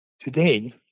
Today